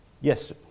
Yes